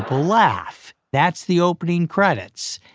ah laugh that's the opening credits.